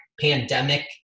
pandemic